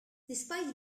despite